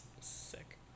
Sick